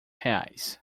reais